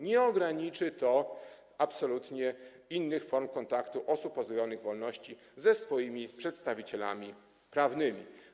Nie ograniczy to absolutnie innych form kontaktu osób pozbawionych wolności ze swoimi przedstawicielami prawnymi.